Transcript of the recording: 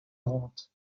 rente